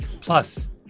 Plus